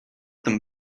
them